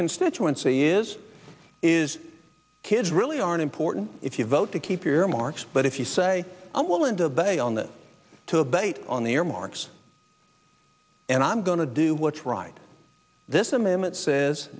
constituency is is kids really aren't important if you vote to keep your earmarks but if you say i'm willing to bet on that to abate on the earmarks and i'm going to do what's right this amendment says